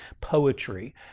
poetry